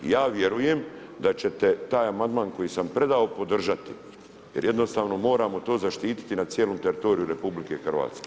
I ja vjerujem da ćete taj amandman koji sam predao podržati, jer jednostavno moramo to zaštititi na cijelom teritoriju RH.